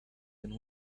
and